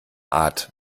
art